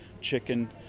chicken